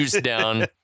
down